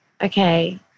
Okay